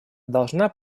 должна